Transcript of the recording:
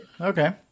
Okay